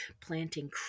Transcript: planting